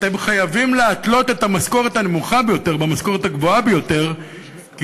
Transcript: אתם חייבים להתלות את המשכורת הנמוכה ביותר במשכורת הגבוהה ביותר,